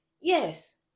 Yes